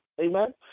Amen